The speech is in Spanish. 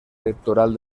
electoral